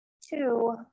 Two